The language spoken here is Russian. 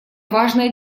важная